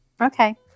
Okay